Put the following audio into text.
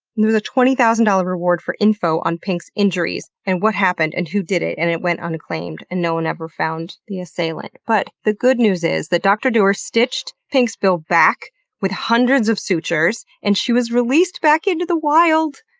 a twenty thousand dollars reward for info on pink's injuries, and what happened and who did it, and it went unclaimed. no one ever found the assailant. but the good news is, that dr. duerr stitched pink's bill back with hundreds of sutures and she was released back into the wild!